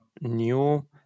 new